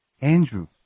Andrew